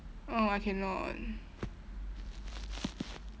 oh I cannot